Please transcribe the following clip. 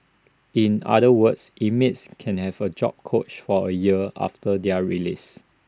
in other words inmates can have A job coach for A year after their release